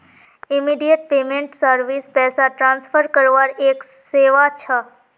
immediate payment service पैसा transfer करवार एक सेवा छ